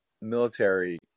military